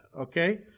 okay